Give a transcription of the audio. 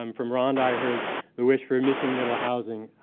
um from rhonda, i heard the wish for a missing middle housing.